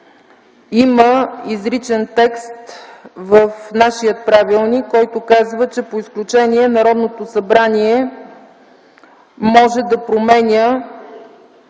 има изричен текст в нашия правилник, който казва, че по изключение Народното събрание може да променя